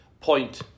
point